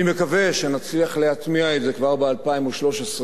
אני מקווה שנצליח להטמיע את זה כבר ב-2013,